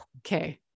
okay